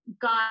got